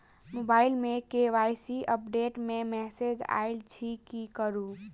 Mobile मे KYC update केँ message आइल अछि की करू?